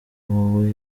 wowe